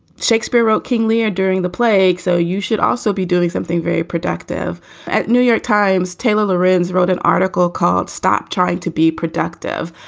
shakespeare wrote king lear during the plague. so you should also be doing something very productive at new york times. taylor larenz wrote an article called stop trying to be productive.